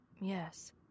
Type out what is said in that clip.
Yes